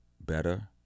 better